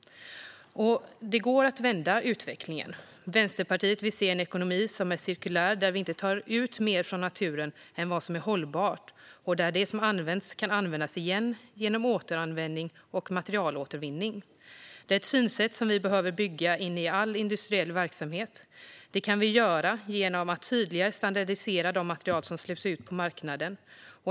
Det går att vända utvecklingen. Vänsterpartiet vill se en ekonomi som är cirkulär, där vi inte tar ut mer från naturen än vad som är hållbart och där det som används kan användas igen genom återanvändning och materialåtervinning. Detta är ett synsätt som vi behöver bygga in i all industriell verksamhet. Det kan vi göra genom att tydligare standardisera de material som släpps ut på marknaden.